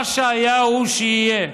מה שהיה הוא שיהיה,